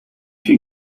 viel